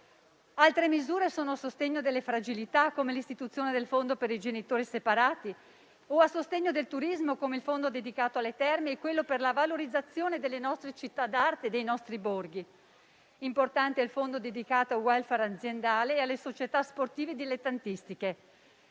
Altre misure sono a sostegno delle fragilità, come l'istituzione del fondo per i genitori separati o a sostegno del turismo, come il fondo dedicato alle terme e quello per la valorizzazione delle nostre città d'arte e dei nostri borghi. Importante è il fondo dedicato al *welfare* aziendale e alle società sportive dilettantistiche,